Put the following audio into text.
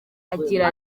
agira